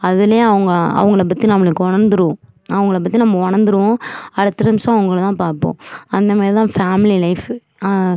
அதுலயே அவங்க அவங்களைப் பற்றி நம்மளுக்கு உணந்துரும் அவங்களைப் பற்றி நம்ம உணர்ந்துருவோம் அடுத்த நிமிஷம் அவங்கள தான் பார்ப்போம் அந்த மேரி தான் ஃபேமிலி லைஃபு